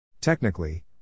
Technically